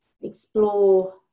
explore